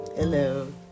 Hello